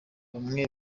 bamwe